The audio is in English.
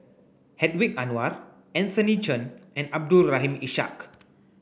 Hedwig Anuar Anthony Chen and Abdul Rahim Ishak